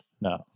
No